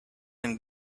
and